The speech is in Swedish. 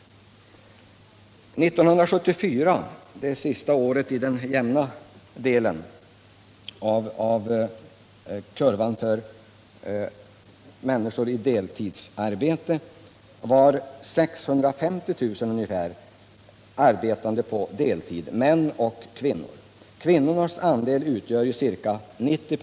1974 — det sista året i den jämna delen av kurvan för människor i deltidsarbete - var ungefär 650 000 män och kvinnor deltidsarbetande. Kvinnornas andel utgjorde då liksom nu ca 90 96.